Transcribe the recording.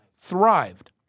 thrived